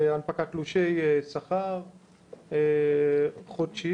הנפקת תלושי שכר חודשיים,